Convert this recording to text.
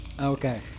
Okay